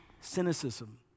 Cynicism